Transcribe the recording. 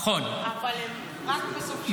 אין תיירות.